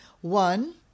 One